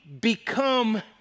become